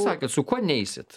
sakėt su kuo neisit